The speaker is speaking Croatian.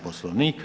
Poslovnika.